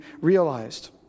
realized